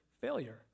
Failure